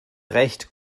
recht